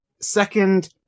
second